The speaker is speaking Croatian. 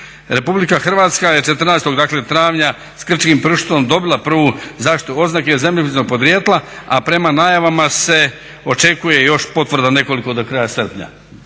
Republika Hrvatska je 14. dakle travnja s krčim pršutom dobila prvu zaštitu oznake zemljopisnog podrijetla a prema najavama se očekuje još potvrda nekoliko do kraja srpnja.